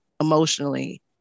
emotionally